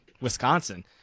Wisconsin